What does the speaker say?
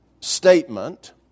statement